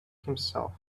himself